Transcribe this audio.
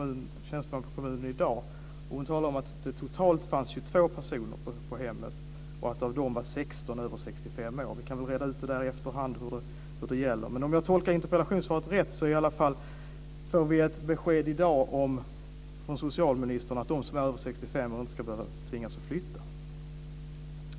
en tjänsteman i kommunen i dag. Hon talade om att det totalt fanns 22 personer på hemmet och att 16 av dem var över 65 år. Vi kan reda ut det i efterhand. Men om jag tolkar interpellationssvaret rätt får vi ett besked i dag från socialministern om att de som är över 65 år inte ska tvingas att flytta.